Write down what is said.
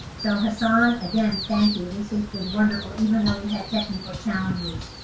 so hasan, again, thank you! this has been wonderful even though we had technical challenges.